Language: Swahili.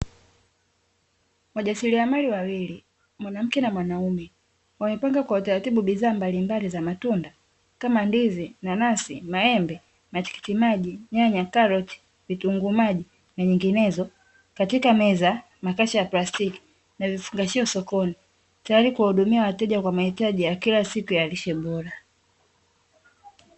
Wajasiriamali wawili (mwanamke na mwanaume) wamepanga kwa utaratibu bidhaa mbalimbali za matunda kama: ndizi, nanasi, maembe, matikiti maji, nyanya, karoti, vitunguu maji na nyinginezo; katika meza, makashi ya plastiki na vifungashio sokoni. Tayari kuwa hudumia wateja kwa mahitaji ya kila siku ya lishe bora.